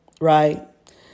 right